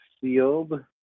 sealed